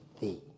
thee